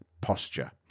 posture